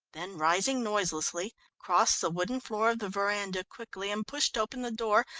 then rising noiselessly, crossed the wooden floor of the veranda quickly and pushed open the door,